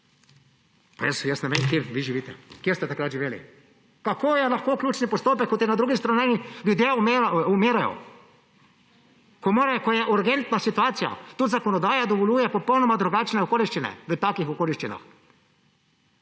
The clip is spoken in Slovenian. Ne vem, kje vi živite, kje ste takrat živeli! Kako je lahko ključni postopek, ko je na drugi strani ljudje umirajo, ko je urgentna situacija? Tudi zakonodaja dovoljujejo popolnoma drugačne okoliščine v takih okoliščinah.